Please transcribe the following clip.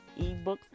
ebooks